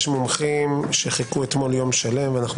יש מומחים שחיכו אתמול יום שלם ואנחנו